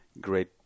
Great